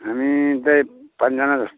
हामी त्यही पाँचजना जस्तो छौँ